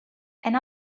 and